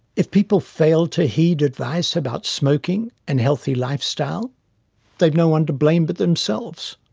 if people fail to heed advice about smoking and healthy life style they have no one to blame but themselves.